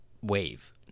wave